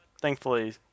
thankfully